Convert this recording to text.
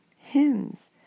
hymns